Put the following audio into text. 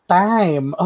time